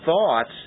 thoughts